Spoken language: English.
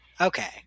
Okay